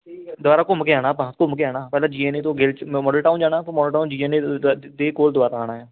ਦੁਬਾਰਾ ਘੁੰਮ ਕੇ ਆਉਣਾ ਆਪਾਂ ਘੁੰਮ ਕੇ ਆਉਣਾ ਪਹਿਲਾਂ ਜੀਐਨਈ ਤੋਂ ਚੀਮਾ ਮੋਡਲ ਟਾਊਨ ਜਾਣਾ ਮੋਡਲ ਟਾਊਨ ਜੀਐਨਈ ਦੇ ਦੇ ਕੋਲ ਦੁਬਾਰਾ ਆਉਣਾ ਏ